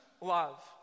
love